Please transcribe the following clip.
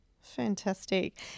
Fantastic